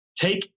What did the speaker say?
take